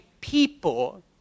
people